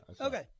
okay